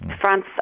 France